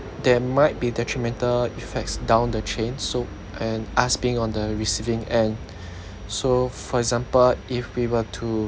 there might be detrimental effects down the chain so and as being on the receiving end so for example if we were to